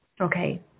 okay